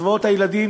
קצבאות הילדים,